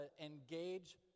engage